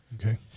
Okay